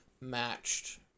matched